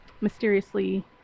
mysteriously